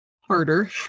harder